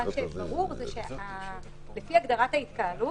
מה שברור שלפי הגדרת ההתקהלות,